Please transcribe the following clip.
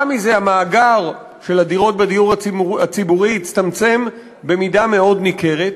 עקב זה המאגר של הדירות בדיור הציבורי הצטמצם במידה מאוד ניכרת.